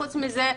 חוץ מזה,